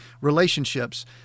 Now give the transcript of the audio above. relationships